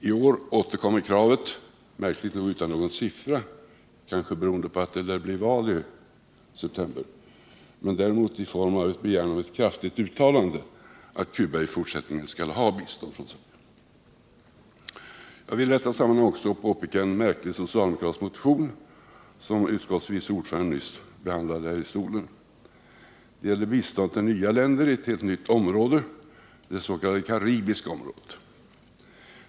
I år återkommer kravet, märkligt nog utan någon siffra — kanske beroende på att det lär bli val i september — men däremot i form av en begäran om ett kraftigt uttalande om att Cuba i fortsättningen skall ha bistånd från Sverige. Jag vill i detta sammanhang också påpeka en märklig socialdemokratisk motion, som utskottets vice ordförande nyss behandlade här i talarstolen. Det gäller bistånd till nya länder i ett helt nytt område, det s.k. karibiska området.